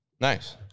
Nice